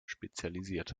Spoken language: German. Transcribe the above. spezialisiert